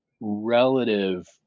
relative